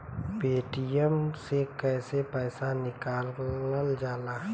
Paytm से कैसे पैसा निकलल जाला?